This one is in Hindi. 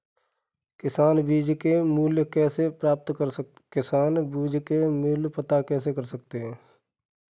किसान बीज का मूल्य कैसे पता कर सकते हैं?